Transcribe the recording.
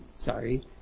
Sorry